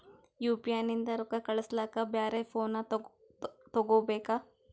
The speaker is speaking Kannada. ಯು.ಪಿ.ಐ ನಿಂದ ರೊಕ್ಕ ಕಳಸ್ಲಕ ಬ್ಯಾರೆ ಫೋನ ತೋಗೊಬೇಕ?